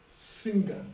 singer